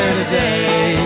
today